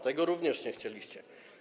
Tego również nie chcieliście.